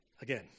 again